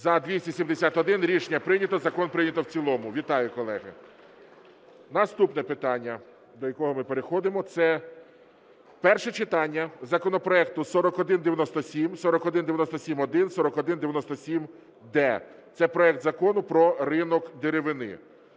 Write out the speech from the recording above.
За-271 Рішення прийнято. Закон прийнято в цілому. Вітаю, колеги. Наступне питання, до якого ми переходимо. Це перше читання законопроекту 4197, 4197-1, 4197-д – це проект Закону про ринок деревини.